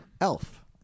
Elf